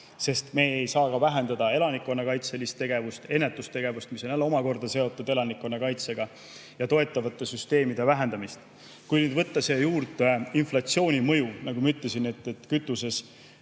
sest me ei saa vähendada elanikkonnakaitselist tegevust, ennetustegevust, mis on jälle omakorda seotud elanikkonnakaitsega, ja toetavate süsteemide [rahastamist]. Kui nüüd võtta siia juurde inflatsiooni mõju, nagu ma ütlesin, kütuses